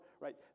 right